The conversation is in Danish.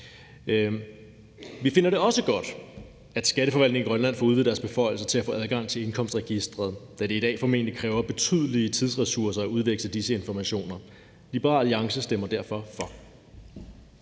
Vi finder det også godt, at Skatteforvaltningen i Grønland får udvidet deres beføjelser til at få adgang til indkomstregisteret, da det i dag formentlig kræver betydelige tidsressourcer at udveksle disse informationer. Liberal Alliance stemmer derfor for